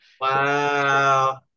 Wow